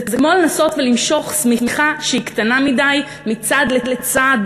זה כמו לנסות ולמשוך שמיכה שהיא קטנה מדי מצד לצד,